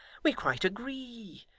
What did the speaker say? we quite agree.